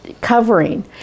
covering